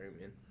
man